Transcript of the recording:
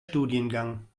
studiengang